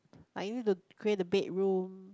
are you the create the bed room